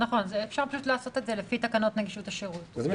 אפשר לעשות את זה לפי תקנות נגישות השירות.